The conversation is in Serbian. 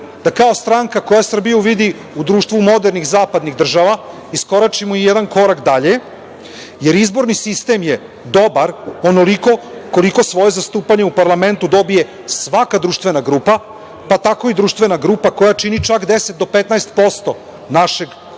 da kao stranka koja Srbiju vidi u društvu modernih zapadnih država iskoračimo i jedan korak dalje, jer izborni sistem je dobar onoliko koliko svoje zastupanje u parlamentu dobije svaka društvena grupa, pa tako i društvena grupa koja čini čak 10 do 15% našeg društva,